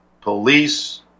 police